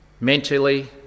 Mentally